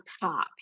top